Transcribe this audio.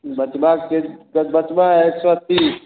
बचवा के बचवा है एक सौ तीस